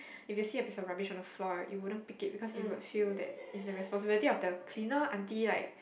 if you see a piece of rubbish on the floor you wouldn't pick it because you would feel that it's the responsibility of the cleaner aunty like